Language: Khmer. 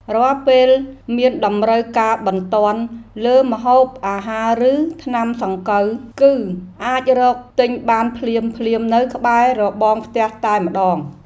រាល់ពេលមានតម្រូវការបន្ទាន់លើម្ហូបអាហារឬថ្នាំសង្កូវ គឺអាចរកទិញបានភ្លាមៗនៅក្បែររបងផ្ទះតែម្តង។